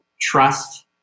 trust